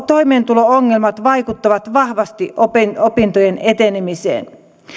toimeentulo ongelmat vaikuttavat vahvasti opintojen etenemiseen